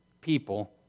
people